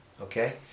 okay